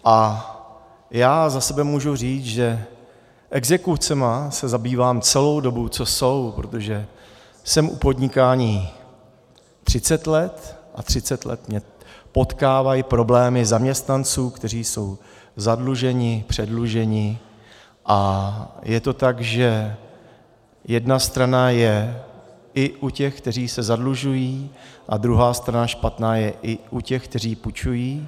A já za sebe můžu říct, že exekucemi se zabývám celou dobu, co jsou, protože jsem u podnikání 30 let, a 30 let mě potkávají problémy zaměstnanců, kteří jsou zadlužení, předlužení, a je to tak, že jedna strana je i u těch, kteří se zadlužují, a druhá strana špatná je i u těch, kteří půjčují.